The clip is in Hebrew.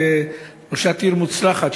כראשת עיר מוצלחת,